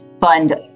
fund